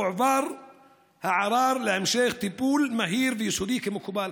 הועבר הערר להמשך טיפול מהיר ויסודי כמקובל.